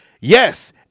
Yes